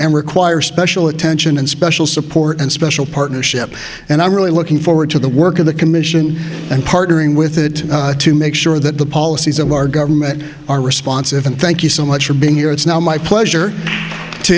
and require special attention and special support and special partnership and i'm really looking forward to the work of the commission and partnering with it to make sure that the policies of our government are responsive and thank you so much for being here it's now my pleasure to